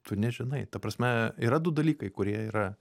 tu nežinai ta prasme yra du dalykai kurie yra